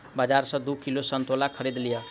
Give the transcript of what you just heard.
बाजार सॅ दू किलो संतोला खरीद लिअ